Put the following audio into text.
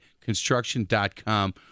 construction.com